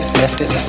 lift it,